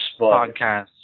podcast